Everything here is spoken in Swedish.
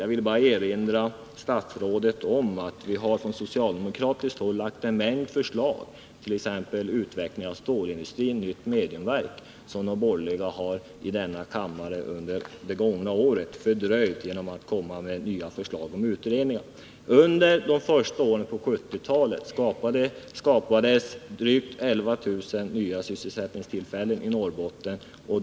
Jag vill här bara erinra statsrådet om att från socialdemokratiskt håll har lagts fram en mängd förslag, t.ex. om utveckling av stålindustrin och ett nytt mediumvalsverk, som de borgerliga i denna kammare under det gångna året dock har fördröjt genom att komma med ett förslag om nya utredningar. Under de första åren på 1970-talet skapades drygt 11 000 nya sysselsättningstillfällen i Norrbotten.